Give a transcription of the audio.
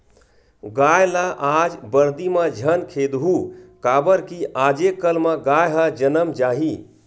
गाय ल आज बरदी म झन खेदहूँ काबर कि आजे कल म गाय ह जनम जाही